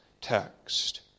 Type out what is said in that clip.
text